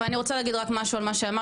אבל אני רוצה להגיד רק משהו על מה שאמרת.